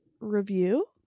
review